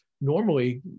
Normally